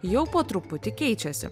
jau po truputį keičiasi